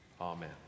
Amen